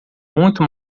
muito